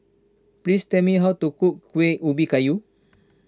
please tell me how to cook Kueh Ubi Kayu